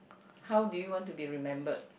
how do you want to be remembered